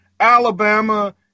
Alabama